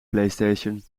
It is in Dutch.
playstation